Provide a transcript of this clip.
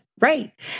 right